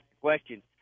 question